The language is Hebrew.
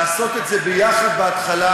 לעשות את זה ביחד בהתחלה.